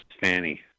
Fanny